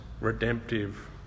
redemptive